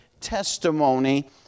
testimony